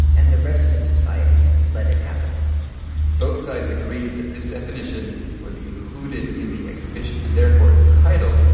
and the rest of society let it happen both sides agreed that this definition would be included in the exhibition, and therefore its title,